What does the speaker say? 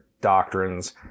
doctrines